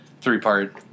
three-part